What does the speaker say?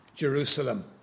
Jerusalem